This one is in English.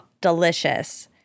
delicious